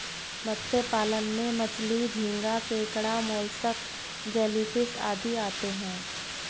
मत्स्य पालन में मछली, झींगा, केकड़ा, मोलस्क, जेलीफिश आदि आते हैं